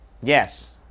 Yes